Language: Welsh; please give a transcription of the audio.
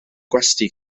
gwesty